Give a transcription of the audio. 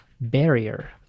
barrier